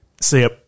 see